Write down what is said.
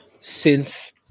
Synth